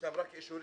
יש להם רק אישורים.